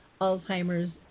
Alzheimer's